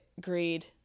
greed